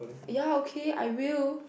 ya okay I will